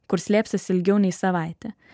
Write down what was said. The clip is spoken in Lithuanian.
kur slėpsis ilgiau nei savaitę